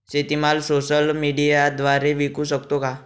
शेतीमाल सोशल मीडियाद्वारे विकू शकतो का?